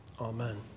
amen